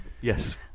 Yes